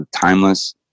timeless